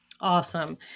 Awesome